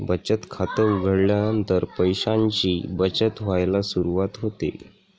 बचत खात उघडल्यानंतर पैशांची बचत व्हायला सुरवात होते